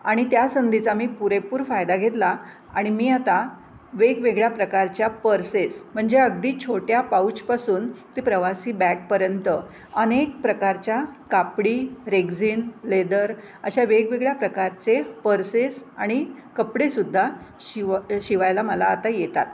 आणि त्या संधीचा मी पुरेपूर फायदा घेतला आणि मी आता वेगवेगळ्या प्रकारच्या पर्सेस म्हणजे अगदी छोट्या पाऊचपासून ते प्रवासी बॅगपर्यंत अनेक प्रकारच्या कापडी रेग्झिन लेदर अशा वेगवेगळ्या प्रकारचे पर्सेस आणि कपडेसुद्धा शिव शिवायला मला आता येतात